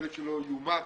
הכלב שלו יומת